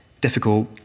difficult